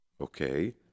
Okay